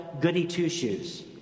goody-two-shoes